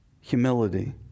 humility